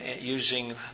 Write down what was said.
using